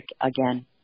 again